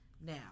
now